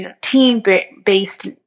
team-based